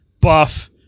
buff